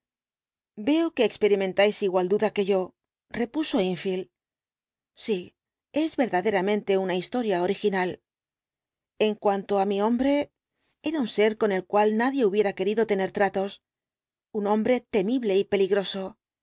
veo que experimentáis igual duda que yo repuso enfield sí es verdaderamente una historia original en cuanto á mi hombre era un ser con el cual nadie hubiera querido tener tratos un hombre temible y peligroso